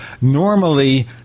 normally